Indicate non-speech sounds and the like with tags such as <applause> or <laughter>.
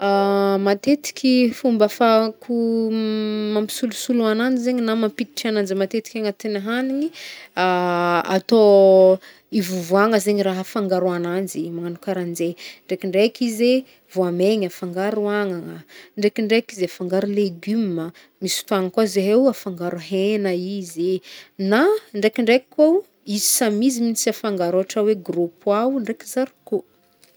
<hesitation> Matetiky fômba ahafahako <hesitation> mampisolosolo agnanjy zegny na mampiditry agnanjy matetiky agnaty hagnigny, <hesitation> atô <hesitation> ivovoagna zegny raha afangaro agnazy magnagno karahanjegny. Ndraikindraiky izy eh, voamegna afangaro agnagna. Ndraikindraiky izy afangaro leguma, misy fotoagna koa zeheo afangaro hena izy eh. Na, ndraikindraiky koa o, izy samy izy minhintsy afangaro ôhatra hoe gros pois o, ndraiky zarikô.